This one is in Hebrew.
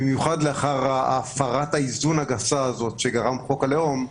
במיוחד לאחר הפרת האיזון הגסה שגרם חוק הלאום,